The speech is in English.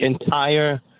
entire